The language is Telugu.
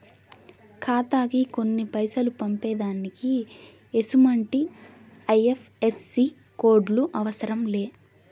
ఖాతాకి కొన్ని పైసలు పంపేదానికి ఎసుమంటి ఐ.ఎఫ్.ఎస్.సి కోడులు అవసరం లే